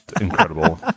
incredible